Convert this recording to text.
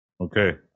Okay